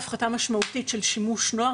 והפחתה משמעותית של שימוש נוער,